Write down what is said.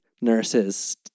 nurses